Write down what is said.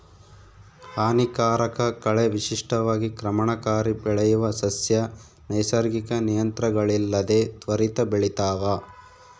ಹಾನಿಕಾರಕ ಕಳೆ ವಿಶಿಷ್ಟವಾಗಿ ಕ್ರಮಣಕಾರಿ ಬೆಳೆಯುವ ಸಸ್ಯ ನೈಸರ್ಗಿಕ ನಿಯಂತ್ರಣಗಳಿಲ್ಲದೆ ತ್ವರಿತ ಬೆಳಿತಾವ